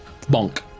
bonk